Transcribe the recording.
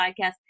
podcast